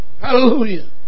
Hallelujah